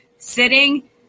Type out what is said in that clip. Sitting